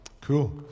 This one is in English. Cool